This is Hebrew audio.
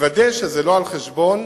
לוודא שזה לא על חשבון